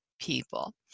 people